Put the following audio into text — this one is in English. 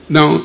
Now